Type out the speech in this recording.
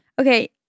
Okay